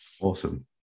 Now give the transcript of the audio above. Awesome